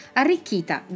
arricchita